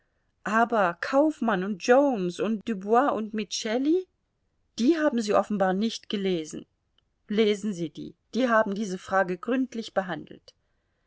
aber kaufmann und jones und dubois und miceli die haben sie offenbar nicht gelesen lesen sie die die haben diese frage gründlich behandelt